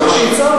זה מה שהצעתי.